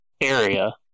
area